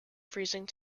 freezing